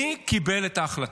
מי קיבל את ההחלטה?